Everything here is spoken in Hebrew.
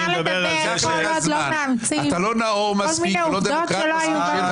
אפשר לדבר כל עוד לא מאמצים כל מיני עובדות שלא היו במציאות.